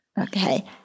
okay